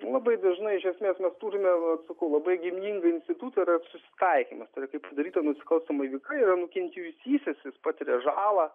labai dažnai iš esmės mes turime vat sakau labai giminingą institutą yra susitaikymas tai yra kai padaryta nusikalstama veika yra nukentėjusysis jis patiria žalą